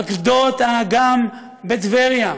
על גדות האגם בטבריה,